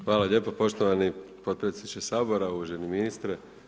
Hvala lijepo poštovani potpredsjedniče Sabora, uvaženi ministre.